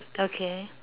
okay